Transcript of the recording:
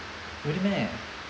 really meh